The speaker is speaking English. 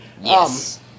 Yes